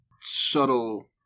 Subtle